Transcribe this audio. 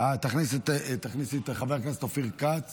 תכניסי את חבר הכנסת אופיר כץ